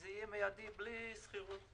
וזה יהיה מיידי בלי שכירות בכלל.